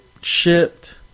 shipped